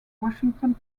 washington